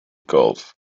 gulf